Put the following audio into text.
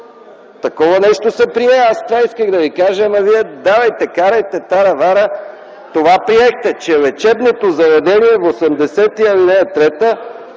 Такова нещо се прие. Аз това искам да ви кажа, ма вие давайте, карайте, тара-вара! Това приехте, че лечебното заведение – чл.